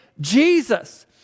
Jesus